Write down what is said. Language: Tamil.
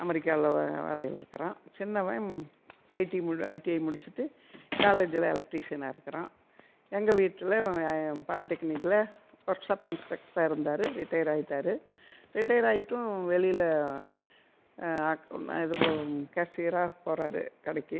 அமெரிக்காவில் வேலையில் இருக்கிறான் சின்னவன் ஐடி மு ஐடிஐ முடிச்சுட்டு காலேஜில் எலக்ட்ரிஷியனாக இருக்கிறான் எங்கள் வீட்டில் பாலிடெக்னிக்கில் ஒர்க் ஷாப் இன்ஸ்ட்ரக்ட்ராக இருந்தார் ரிட்டயர் ஆகிட்டாரு ரிட்டயர் ஆகிட்டும் வெளியில் கேஷியராக போகிறாரு கடைக்கு